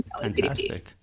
Fantastic